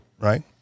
right